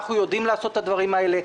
אנחנו יודעים לעשות את הדברים האלה,